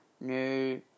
new